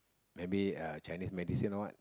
maybe uh Chinese medicine or what